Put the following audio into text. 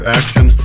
action